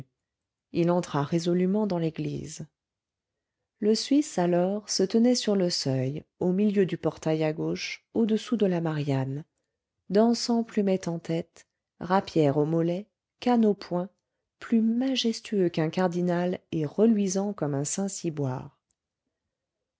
il entra résolument dans l'église le suisse alors se tenait sur le seuil au milieu du portail à gauche au-dessous de la marianne dansant plumet en tête rapière au mollet canne au poing plus majestueux qu'un cardinal et reluisant comme un